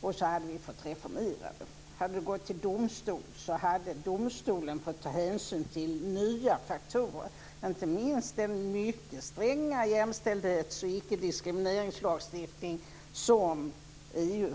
och så hade vi fått reformera det. Hade ärendet gått till domstol så hade domstolen fått ta hänsyn till nya faktorer, inte minst den mycket stränga jämställdhets och ickediskrimineringslagstiftning som EU har antagit.